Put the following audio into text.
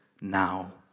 now